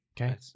okay